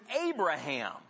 Abraham